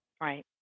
Right